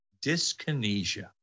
dyskinesia